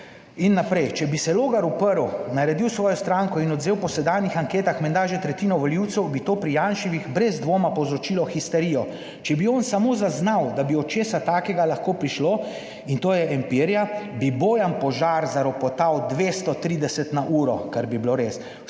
in naprej, "…če bi se Logar uprl, naredil svojo stranko in odvzel po sedanjih anketah menda že tretjino volivcev, bi to pri Janševih brez dvoma povzročilo histerijo. Če bi on samo zaznal, da bi do česa takega lahko prišlo, in to je empirija, bi Bojan Požar zaropotal 230 na uro…" kar bi bilo res